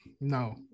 No